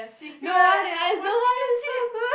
secret oh my secret tip